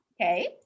okay